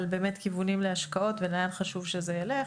אבל באמת כיוונים להשקעות ולאן חשוב שזה ילך